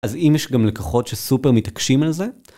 אז אם יש גם לקוחות שסופר מתעקשים על זה.